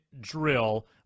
drill